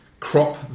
Crop